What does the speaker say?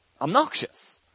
obnoxious